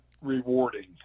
rewarding